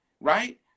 right